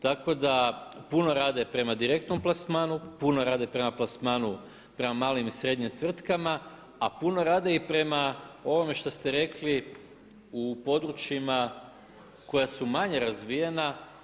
Tako da puno rade prema direktnom plasmanu, puno rade prema plasmanu prema malim i srednjim tvrtkama a puno rade i prema ovome što ste rekli u područjima koja su manje razvijena.